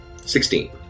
Sixteen